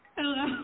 Hello